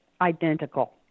identical